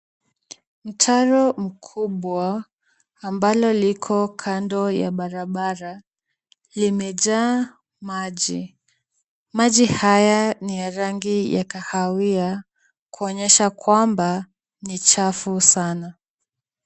Mtaro mkubwa ambalo liko kando ya barabara limejaa maji. Maji haya ni ya rangi ya kahawia, kuonyesha kwamba ni chafu sana.